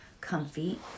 comfy